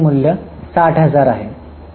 तर एकूण मूल्य 60000 आहे